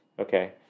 Okay